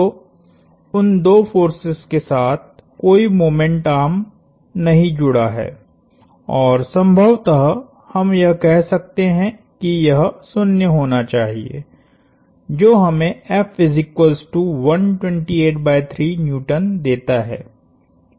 तो उन दो फोर्सेस के साथ कोई मोमेंट आर्म नहीं जुड़ा है और संभवतः हम यह कह सकते है कि यह 0 होना चाहिए जो हमें देता है जो कि गलत है